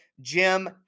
Jim